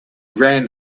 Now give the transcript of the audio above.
ran